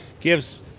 gives